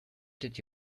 did